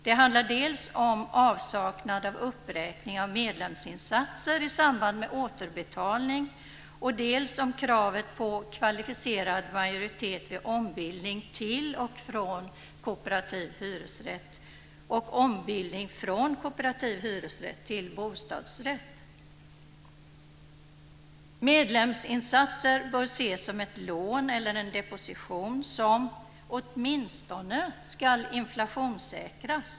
Det gäller dels avsaknaden av uppräkning av medlemsinsatser i samband med återbetalning, dels kravet på kvalificerad majoritet vid ombildning till och från kooperativ hyresrätt och ombildning från kooperativ hyresrätt till bostadsrätt. Medlemsinsatser bör ses som ett lån eller en deposition som åtminstone ska inflationssäkras.